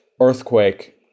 earthquake